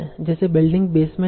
जैसे building basement है